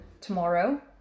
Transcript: tomorrow